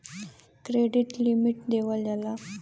credit limit देवल जाला